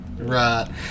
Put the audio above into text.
Right